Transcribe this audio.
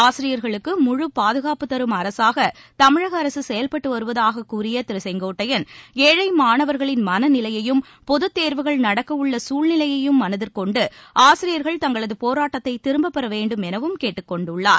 ஆசிரியர்களுக்கு முழு பாதுகாப்பு தரும் அரசாக தமிழக அரசு செயல்பட்டு வருவதாகக் கூறிய திரு செங்கோட்டையன் ஏழை மாணவர்களின் மனநிலையையும் பொதுத் தேர்வுகள் நடக்க உள்ள சூழ்நிலையையும் மனதிற்கொண்டு ஆசிரியர்கள் தங்களது போராட்டத்தை திரும்பப் பெற வேண்டும் எனவும் கேட்டுக் கொண்டுள்ளார்